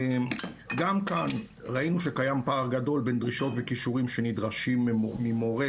גם כאן ראינו שקיים פער גדול בין דרישות וכישורים שנדרשים ממורה,